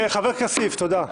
חבר הכנסת כסיף, תודה.